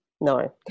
no